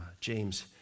James